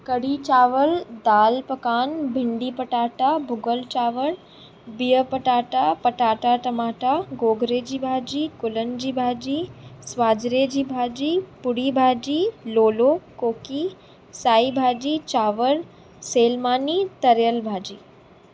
कढ़ी चांवरु दालि पकवान भिंडी पटाटा भुॻल चांवरु बिहु पटाटा पटाटा टमाटा गोगरे जी भाॼी गुलनि जी भाॼी सवांजरे जी भाॼी पुड़ी भाजी लोलो कोकी साई भाॼी चांवरु सेयल मानी तरियल भाॼी